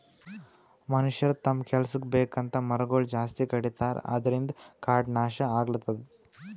ಮನಷ್ಯರ್ ತಮ್ಮ್ ಕೆಲಸಕ್ಕ್ ಬೇಕಂತ್ ಮರಗೊಳ್ ಜಾಸ್ತಿ ಕಡಿತಾರ ಅದ್ರಿನ್ದ್ ಕಾಡ್ ನಾಶ್ ಆಗ್ಲತದ್